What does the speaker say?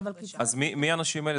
מי האנשים האלה?